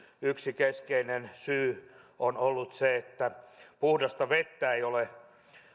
yksi keskeinen syy on ollut se että puhdasta vettä ei ole